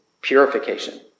purification